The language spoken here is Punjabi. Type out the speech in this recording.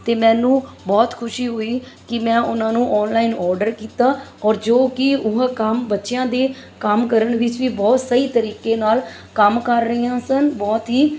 ਅਤੇ ਮੈਨੂੰ ਬਹੁਤ ਖੁਸ਼ੀ ਹੋਈ ਕਿ ਮੈਂ ਉਹਨਾਂ ਨੂੰ ਔਨਲਾਈਨ ਔਡਰ ਕੀਤਾ ਔਰ ਜੋ ਕਿ ਉਹ ਕੰਮ ਬੱਚਿਆਂ ਦੇ ਕੰਮ ਕਰਨ ਵਿੱਚ ਵੀ ਬਹੁਤ ਸਹੀ ਤਰੀਕੇ ਨਾਲ ਕੰਮ ਕਰ ਰਹੀਆਂ ਸਨ ਬਹੁਤ ਹੀ